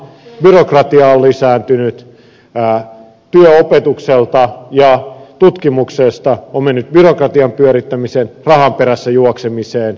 byrokratia on lisääntynyt aika opetukselta ja tutkimukselta on mennyt byrokratian pyörittämiseen rahan perässä juoksemiseen